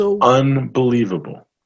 unbelievable